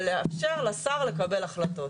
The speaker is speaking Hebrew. ולאפשר לשר לקבל החלטות.